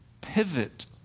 pivot